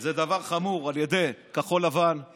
על ידי כחול לבן זה דבר חמור.